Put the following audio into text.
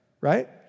right